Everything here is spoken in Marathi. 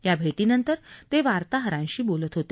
या भेटीनंतर ते वार्ताहरांशी बोलत होते